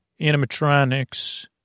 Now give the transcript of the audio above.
animatronics